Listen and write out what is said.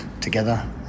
together